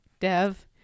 Dev